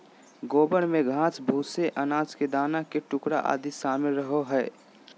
गोबर में घास, भूसे, अनाज के दाना के टुकड़ा आदि शामिल रहो हइ